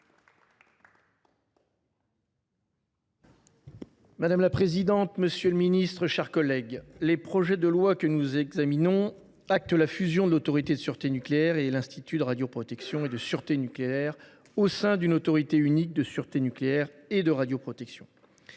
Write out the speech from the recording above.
Madame la présidente, monsieur le ministre, mes chers collègues, les projets de loi que nous examinons actent la fusion de l’Autorité de sûreté nucléaire et de l’Institut de radioprotection et de sûreté nucléaire au sein d’une autorité unique de sûreté nucléaire et de radioprotection.